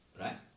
Right